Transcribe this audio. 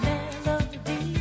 Melody